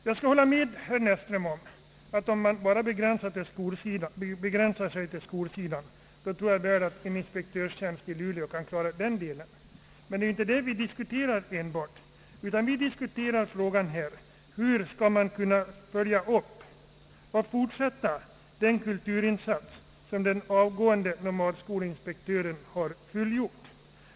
Jag kan hålla med herr Näsström om att en inspektör i Luleå säkerligen kan klara en uppgift, som är begränsad till skolans område, men vi diskuterar inte enbart den detaljen, utan vi diskuterar hur man skall kunna fullfölja den kulturinsats som den avgående nomadskolinspektören har fullgjort.